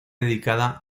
dedicada